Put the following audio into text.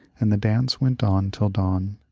and the dance went on till dawn.